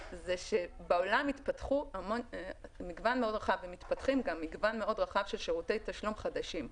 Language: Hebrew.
בעולם התפתח ומתפתח מגוון מאוד רחב של שירותי תשלום חדשים.